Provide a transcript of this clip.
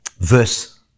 Verse